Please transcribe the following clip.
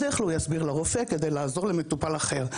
בדרך כלל הוא יסביר לרופא כדי לעזור למטופל אחר.